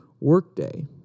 workday